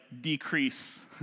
decrease